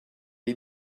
est